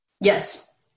Yes